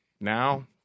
Now